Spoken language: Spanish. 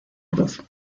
cruz